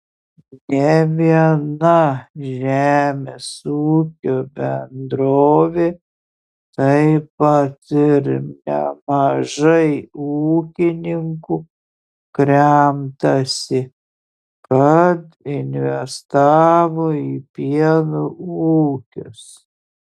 ne viena žemės ūkio bendrovė taip pat ir nemažai ūkininkų kremtasi kad investavo į pieno ūkius